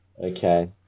Okay